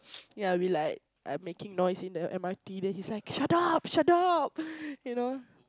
yeah we like making noise in the M_R_T then he's like shut up shut up you know